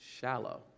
Shallow